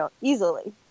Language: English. easily